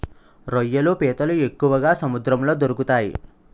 రొయ్యలు పీతలు ఎక్కువగా సముద్రంలో దొరుకుతాయి